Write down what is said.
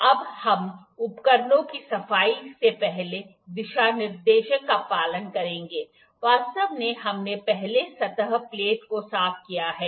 अब हम उपकरणों की सफाई के पहले दिशानिर्देश का पालन करेंगे वास्तव में हमने पहले सतह प्लेट को साफ किया है